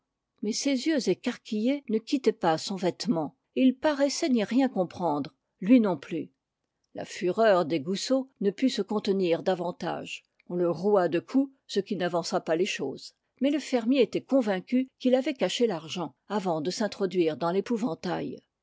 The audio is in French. mais ses yeux écarquillés ne quittaient pas son vêtement et il paraissait n'y rien comprendre lui non plus la fureur des goussot ne put se contenir davantage on le roua de coups ce qui n'avança pas les choses mais le fermier était convaincu qu'il avait caché l'argent avant de s'introduire dans l'épouvantail